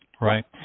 Right